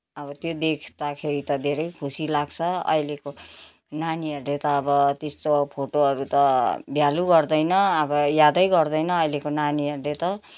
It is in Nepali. अब त्यो देख्दाखेरि त धेरै खुसी लाग्छ अहिलेको नानीहरूले त अब त्यस्तो फोटोहरू त भेल्यु गर्दैन अब यादै गर्दैन अहिलेको नानीहरूले त